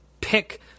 pick